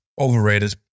Overrated